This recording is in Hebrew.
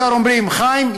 ישר אומרים: חיים,